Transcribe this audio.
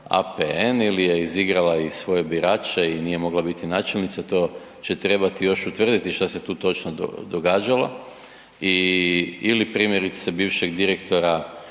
APN ili je izigrala i svoje birače i nije mogla biti načelnica, to će trebati još utvrditi što se tu točno događalo ili primjerice bivšeg direktora